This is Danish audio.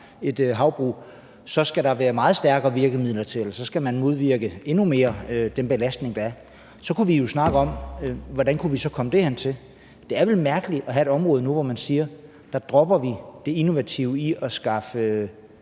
et havbrug, skal der meget stærkere virkemidler til, så skal man modvirke den belastning, der er, endnu mere. Så kunne vi jo snakke om, hvordan vi kunne komme derhentil. Det er vel mærkeligt at have et område, hvor man siger, at nu dropper vi det innovative i at skaffe